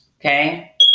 Okay